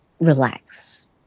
relax